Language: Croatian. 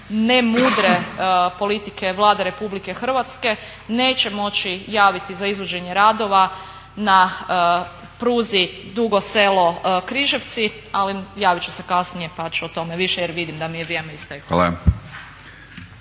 ne mudre politike Vlade Republike Hrvatske neće moći javiti za izvođenje radova na pruzi Dugo Selo-Križevci, ali javit ću se kasnije pa ću o tome više jer vidim da mi je vrijeme isteklo.